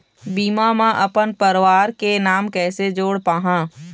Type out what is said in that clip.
बीमा म अपन परवार के नाम कैसे जोड़ पाहां?